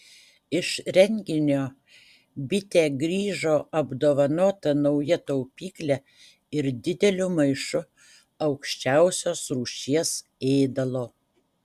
iš renginio bitė grįžo apdovanota nauja taupykle ir dideliu maišu aukščiausios rūšies ėdalo